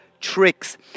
tricks